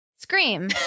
Scream